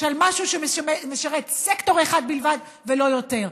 על משהו שמשרת סקטור אחד בלבד ולא יותר?